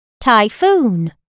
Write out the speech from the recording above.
Typhoon